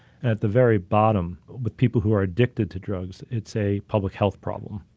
at the very bottom with people who are addicted to drugs. it's a public health problem.